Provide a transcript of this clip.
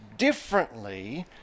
differently